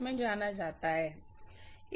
छात्र क्या